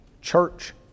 church